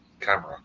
camera